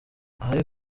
ahari